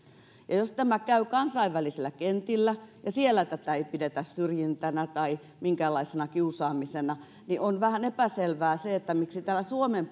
jos tämä käy kansainvälisillä kentillä ja siellä tätä ei pidetä syrjintänä tai minkäänlaisena kiusaamisena niin on vähän epäselvää miksi täällä suomen